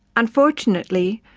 unfortunately,